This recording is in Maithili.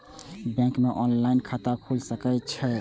बैंक में ऑनलाईन खाता खुल सके छे?